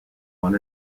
one